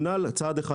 צעד אחד